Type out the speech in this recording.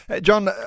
John